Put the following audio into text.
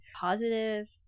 positive